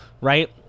right